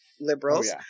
Liberals